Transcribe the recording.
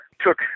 took